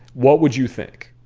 what would you think?